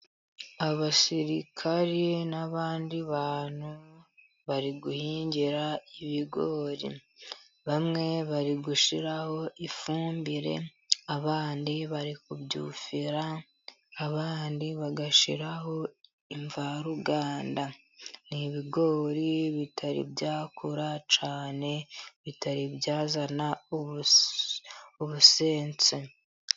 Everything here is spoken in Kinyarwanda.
Abasirikari n'abandi bantu bari guhingira ibigori, bamwe bari gushyiraho ifumbire, abandi bari kubyufira, abandi bagashyiraho imvaruganda, n'ibigori bitari byakura cyane bitari byazana ubusenzi.